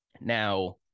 Now